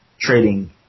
Trading